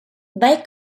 they